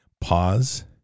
pause